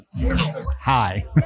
hi